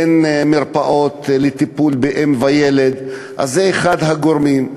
אין מרפאות לטיפול באם ובילד, אז זה אחד הגורמים.